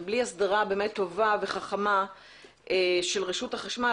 בלי הסדרה טובה וחכמה של רשות החשמל,